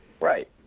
right